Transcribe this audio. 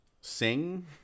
sing